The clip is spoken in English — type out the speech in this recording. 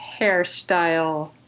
hairstyle